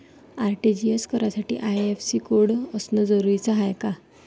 RTGS करासाठी IFSC code असनं जरुरीच हाय का?